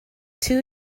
two